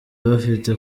bafite